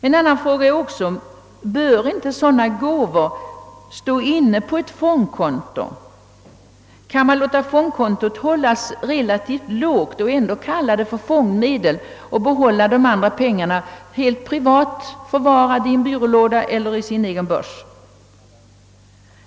En annan fråga gäller: Bör inte sådana gåvor stå inne på ett fondkonto? Kan man låta fondkontot hållas relativt lågt och ändå kalla medlen för fondmedel och behålla de andra pengarna helt privat, förvarade i en byrålåda eller i sin egen börs?